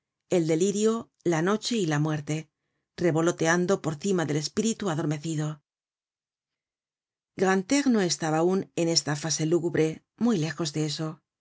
el delirio la noche y la muerte revoloteando por cima del espíritu adormecido grantaire no estaba aun en esta fase lúgubre muy lejos de eso